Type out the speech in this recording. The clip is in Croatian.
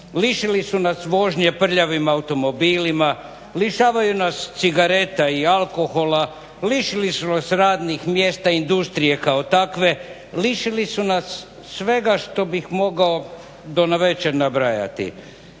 lišili su nas vožnje prljavim automobilima, lišavaju nas cigareta i alkohola, lišili su nas radnih mjesta, industrije kao takve, lišili su nas svega što bih mogao do navečer nabrajati.